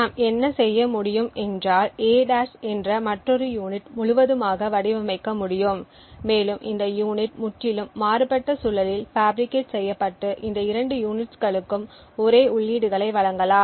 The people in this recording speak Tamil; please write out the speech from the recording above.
நாம் என்ன செய்ய முடியும் என்றால் A' என்ற மற்றொரு யூனிட் முழுவதுமாக வடிவமைக்க முடியும் மேலும் இந்த யூனிட் முற்றிலும் மாறுபட்ட சூழலில் பாஃபிரிகேட் செய்யப்பட்டு இந்த இரண்டு யூனிட்ஸ்களுக்கும் ஒரே உள்ளீடுகளை வழங்கலாம்